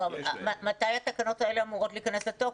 אבל מתי התקנות האלה אמורות להיכנס לתוקף?